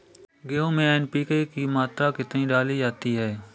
गेहूँ में एन.पी.के की मात्रा कितनी डाली जाती है?